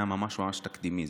היה ממש תקדימי.